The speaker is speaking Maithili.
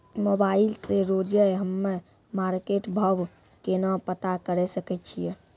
मोबाइल से रोजे हम्मे मार्केट भाव केना पता करे सकय छियै?